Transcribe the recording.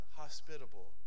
hospitable